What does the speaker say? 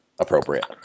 appropriate